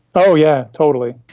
oh yeah, totally.